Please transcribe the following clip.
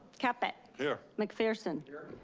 caput. here. mcpherson. here.